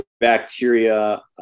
bacteria